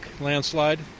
landslide